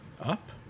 Up